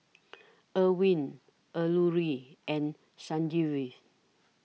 Arvind Alluri and Sanjeev